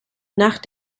nach